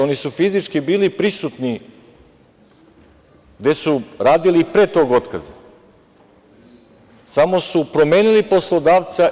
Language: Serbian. Oni su fizički bili prisutni gde su radili i pre tog otkaza, samo su promenili poslodavca.